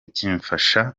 kimfasha